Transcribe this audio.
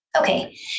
Okay